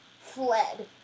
fled